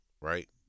right